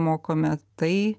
mokome tai